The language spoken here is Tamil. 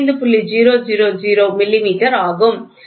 000 மில்லிமீட்டர் ஆகும்